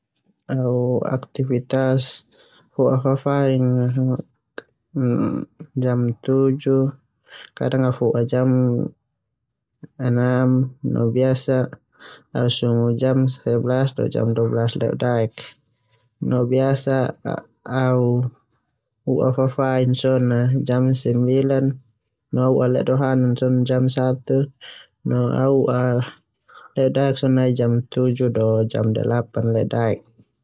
Au aktivitas fo'a fafainga jam tujuh kadang ao jam ne kadang jam hitu no biasa au sungu jam sanahulu esa do jam sanahulu dua ledodaek no biasa au u'a fafain so na jam sio au u'a ledohanan jam es no au u'a ledodaek nai jam hitu ledodaek.